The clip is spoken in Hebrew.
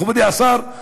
מכובדי השר,